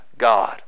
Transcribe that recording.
God